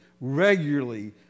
regularly